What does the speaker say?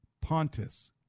Pontus